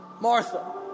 Martha